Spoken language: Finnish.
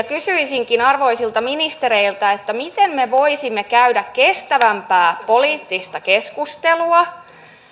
kysyisinkin arvoisilta ministereiltä miten me voisimme käydä kestävämpää poliittista keskustelua